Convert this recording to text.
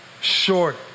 short